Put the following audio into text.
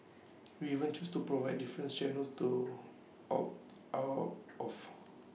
we even choose to provide different channels to opt out of